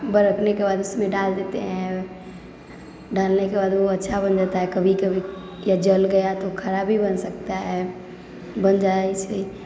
बरकनेके बाद उसमे डाल देते हैं डालनेके बाद वह अच्छा बन जाता है कभी कभी या जल गया तो खराब भी बन सकता है बन जाइ छै